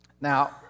now